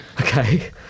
Okay